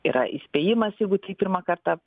yra įspėjimas jeigu tai pirmą kartą